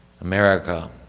America